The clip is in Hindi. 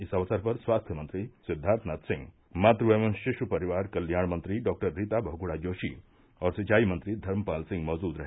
इस अवसर पर स्वास्थ्य मंत्री सिद्वार्थनाथ सिंह मातु एवं शिशु परिवार कल्याण मंत्री डॉक्टर रीता बहुगुण जोशी और सिंचाई मंत्री धर्मपाल सिंह मौजूद रहे